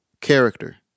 character